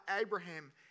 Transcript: Abraham